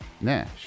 Nash